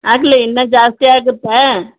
ಆಗಲಿ ಇನ್ನೂ ಜಾಸ್ತಿ ಆಗುತ್ತಾ